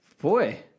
Boy